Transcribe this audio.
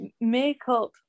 makeup